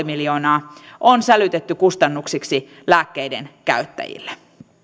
miljoonaa on sälytetty kustannuksiksi lääkkeiden käyttäjille